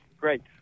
Great